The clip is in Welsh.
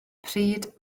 pryd